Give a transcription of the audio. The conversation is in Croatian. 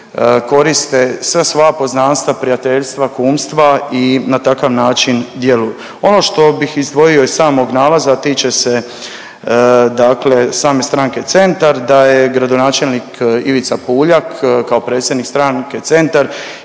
koriste sva svoja poznanstva prijateljstva, kumstva i na takav način djeluju. Ono što bih izdvojio iz samog nalaza, a tiče se same stranke Centar da je gradonačelnik Ivica Puljak kao predsjednik stranke Centar,